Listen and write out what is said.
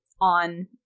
on